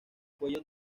cuello